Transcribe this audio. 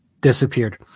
disappeared